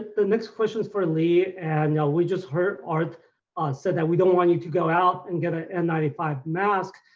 the next question's for lee, and yeah we just heard art say that we don't want you to go out and get a n nine five mask,